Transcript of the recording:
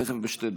תכף בשתי דקות,